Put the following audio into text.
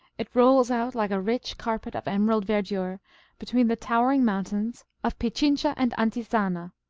it rolls out like a rich carpet of emerald verdure between the towering mountains of pichincha and antisana,